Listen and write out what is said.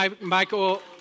Michael